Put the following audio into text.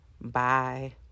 Bye